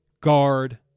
guard